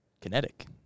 kinetic